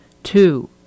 Two